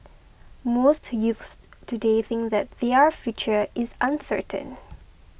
most youths today think that their future is uncertain